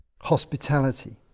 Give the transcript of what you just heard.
hospitality